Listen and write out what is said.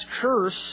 curse